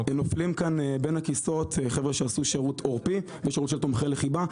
נופלים כאן בין הכיסאות חבר'ה שעשו שירות עורפי ושירות של תומכי לחימה,